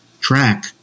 track